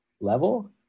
level